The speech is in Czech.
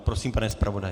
Prosím, pane zpravodaji.